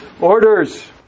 orders